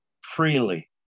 freely